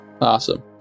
Awesome